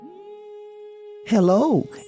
Hello